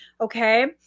Okay